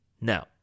no